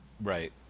Right